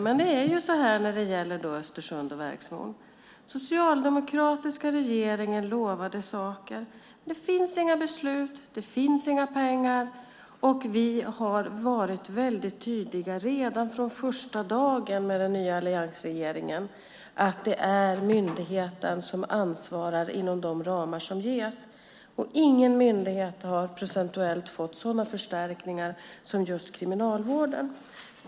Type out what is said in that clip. Men det är så här när det gäller Östersund och Verksmon: Socialdemokratiska regeringen lovade saker. Men det finns inga beslut. Det finns inga pengar. Vi har varit väldigt tydliga redan från första dagen med den nya alliansregeringen: Det är myndigheten som ansvarar inom de ramar som ges. Ingen myndighet har procentuellt fått sådana förstärkningar som just Kriminalvården.